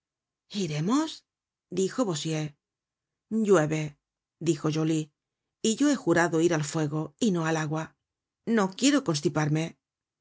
iremos dijo bossuet llueve dijo joly y yo he jurado ir al fuego y no al agua no quiero constiparme yo me